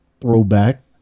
throwback